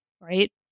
right